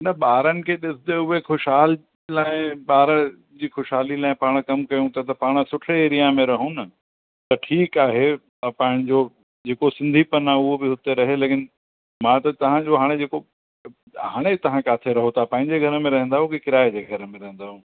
न ॿारनि खे ॾिसजे उहे ख़ुशहालु लाइ ॿार जी खुशहाली लाइ पाण कम कयूं था पाण सुठे एरिया में रहूं न त ठीकु आहे पंहिंजो जेको सिंधीपन आहे हूअ बि उते रहे लेकिन मां त तव्हांजो हाणे जेको हाणे तव्हां किथे रहो था पंहिंजे घर में रहंदा आहियो की किराए जे घर में रहंदा आहियो